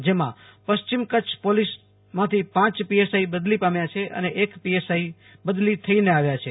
જેમાં પશ્ચિમ કચ્છ પોલીસમાંથી પાંચ પીએસઆઈ બદલી પામ્યા છે અને એક પીએસઆઈ બદલી થઈને આવ્યા છે